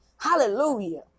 Hallelujah